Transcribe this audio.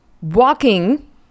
walking